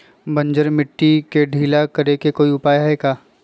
बंजर मिट्टी के ढीला करेके कोई उपाय है का?